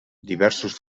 diversos